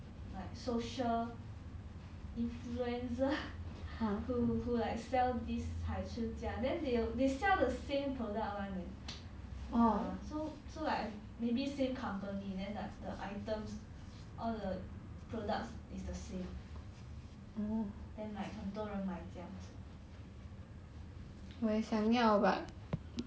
but cause I got follow two like two people two like social influencer who who like sell this 海吃家 then they will they sell the same product [one] leh !wah! so so like maybe same company then like the items all the products is the same